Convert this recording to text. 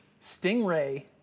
stingray